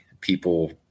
people